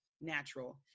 natural